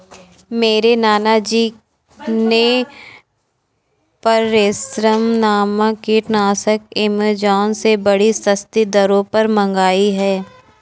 मेरे नाना जी ने पायरेथ्रम नामक कीटनाशक एमेजॉन से बड़ी सस्ती दरों पर मंगाई है